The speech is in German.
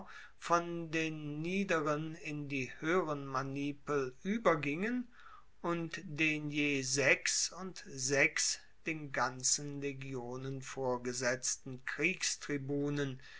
von den niederen in die hoeheren manipel uebergingen und den je sechs und sechs den ganzen legionen vorgesetzten